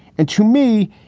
and to me,